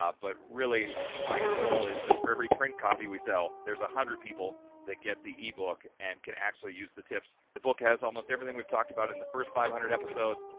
um but really my goal is that for every print copy we sell, there's a hundred people that get the ebook and can actually use the tips. the book has almost everything we've talked about in the first five hundred episodes.